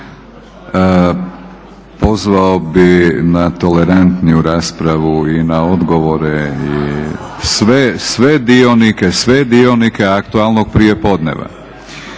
Pozvao bih na tolerantniju raspravu i na odgovore i sve dionike aktualnog prijepodneva.